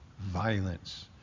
violence